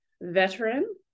veteran